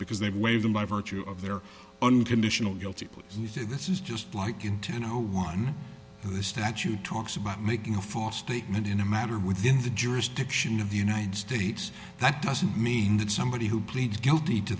because they waive them by virtue of their unconditional guilty plea and you say this is just like in to no one in the statute talks about making a false statement in a matter within the jurisdiction of the united states that doesn't mean that somebody who pleads guilty to